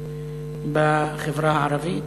בחברה הערבית.